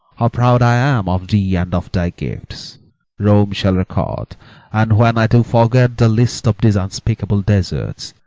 how proud i am of thee and of thy gifts rome shall record and when i do forget the least of these unspeakable deserts,